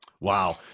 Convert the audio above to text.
Wow